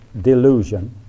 delusion